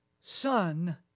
Son